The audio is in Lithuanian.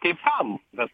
kaip kam bet